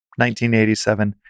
1987